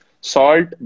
salt